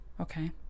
Okay